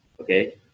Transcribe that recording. okay